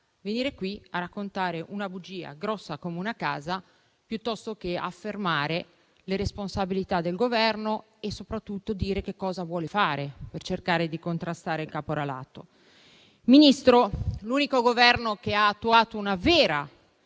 venire qui a raccontare una bugia grossa come una casa piuttosto che affermare le responsabilità del Governo e soprattutto dire che cosa vuole fare per cercare di contrastare il caporalato. Ministro, l'unico Governo che ha attuato una vera